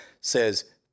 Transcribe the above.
says